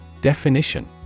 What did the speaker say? Definition